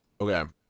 Okay